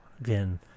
again